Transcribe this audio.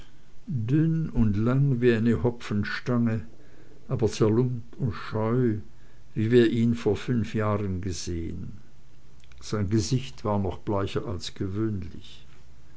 dünn und lang wie eine hopfenstange aber zerlumpt und scheu wie wir ihn vor fünf jahren gesehen sein gesicht war noch bleicher als gewöhnlich